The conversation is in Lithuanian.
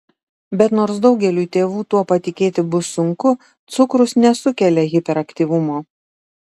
bet nors daugeliui tėvų tuo patikėti bus sunku cukrus nesukelia hiperaktyvumo